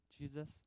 Jesus